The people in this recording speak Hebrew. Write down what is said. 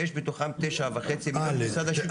ויש בתוכם תשעה וחצי ממשרד השיכון.